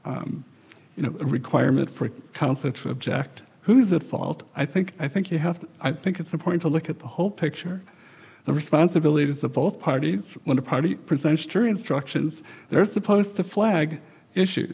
know requirement for counsel to object who is at fault i think i think you have to i think it's a point to look at the whole picture the responsibilities of both parties when the party presents jury instructions they're supposed to flag issue